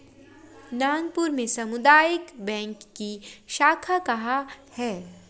नागपुर में सामुदायिक बैंक की शाखा कहाँ है?